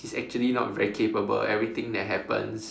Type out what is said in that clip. he's actually not very capable everything that happens